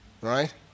Right